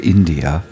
India